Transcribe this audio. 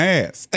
ass